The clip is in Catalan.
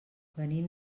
venim